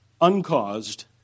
uncaused